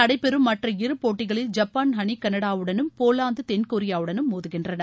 நடைபெறும் மற்ற இரு போட்டிகளில் ஜப்பான் அணி கனடாவுடனும் போலந்து இன்று தென்கொரியாவுடனும் மோதுகின்றன